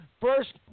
First